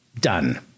done